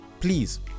please